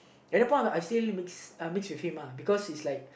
at the point I still mix uh mix with him uh because he's like